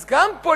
אז גם פוליטית,